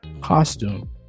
costume